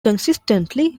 consistently